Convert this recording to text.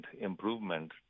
improvement